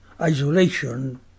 isolation